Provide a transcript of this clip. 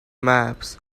maps